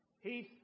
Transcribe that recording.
Heath